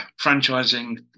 franchising